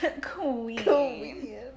Queen